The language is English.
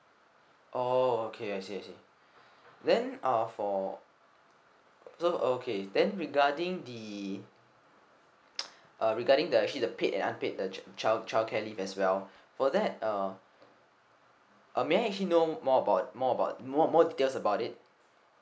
oh okay I see I see then uh for so okay then regarding the uh regarding the actually the paid and unpaid the child childcare leave as well for that uh uh may I actually know more about more about more more details about it